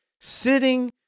sitting